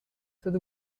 there